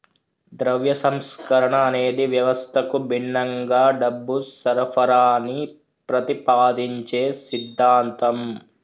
ద్రవ్య సంస్కరణ అనేది వ్యవస్థకు భిన్నంగా డబ్బు సరఫరాని ప్రతిపాదించే సిద్ధాంతం